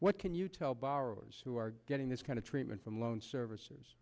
what can you tell borrowers who are getting this kind of treatment from loan services